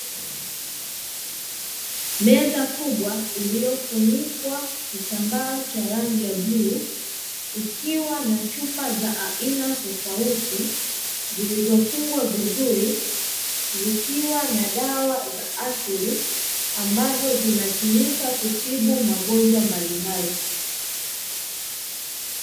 Meza kubwa, iliyofunikwa kitambaa cha rangi ya bluu, ikiwa na chupa za aina tofauti zilizofungwa vizuri zikiwa na dawa za asili, ambazo zinatumika kutibu magonjwa mbalimbali.